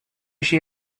she